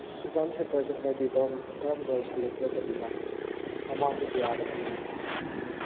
exam ꯁꯦꯟꯇꯔꯁꯦ ꯍꯦꯟꯗꯀꯇꯤ ꯀꯔꯣꯝ ꯀꯥꯔꯝꯕ ꯁ꯭ꯀꯨꯜꯗ ꯄꯤꯔꯛꯀꯗꯣꯏ ꯖꯥꯠꯅꯣ ꯃꯃꯥꯡꯗꯤ ꯄꯤ ꯑꯥꯔꯗ ꯄꯤꯕꯅꯤ